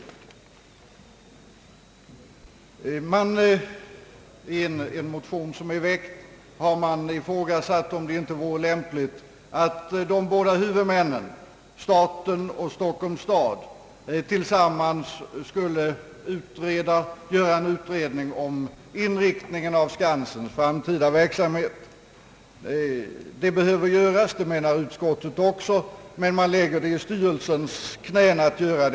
I en motion som väckts har man ifråsasatt om det inte vore lämpligt att de båda huvudmännen — staten och Stockholms stad — tillsammans skulle göra en utredning om inriktningen av Skansens framtida verksamhet. Det behöver göras — det menar utskottet också — men man lägger i styrelsens knä att göra Ang.